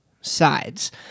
sides